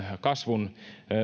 kasvun